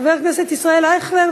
חבר הכנסת ישראל אייכלר,